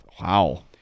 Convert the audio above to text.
Wow